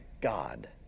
God